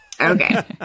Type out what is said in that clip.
okay